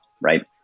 Right